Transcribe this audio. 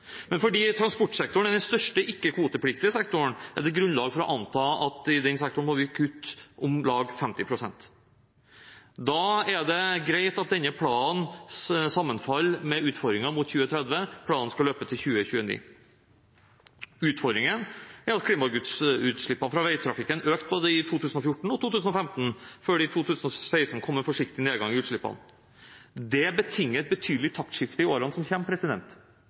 Men fordi transportsektoren er den største ikke-kvotepliktige sektoren, er det grunnlag for å anta at vi i den sektoren må kutte om lag 50 pst. Da er det greit at denne planen sammenfaller med utfordringer fram mot 2030 – planen skal løpe til 2029. Utfordringen er at klimagassutslippene fra veitrafikken økte i både 2014 og 2015 før det i 2016 kom en forsiktig nedgang i utslippene. Det betinger et betydelig taktskifte i årene som